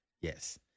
Yes